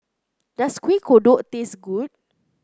does Kuih Kodok taste good